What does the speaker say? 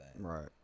Right